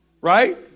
right